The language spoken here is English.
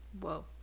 Whoa